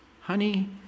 Honey